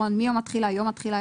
מיום התחילה, יום התחילה.